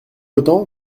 autant